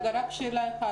רק שאלה אחת.